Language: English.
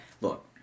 Look